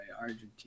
Argentina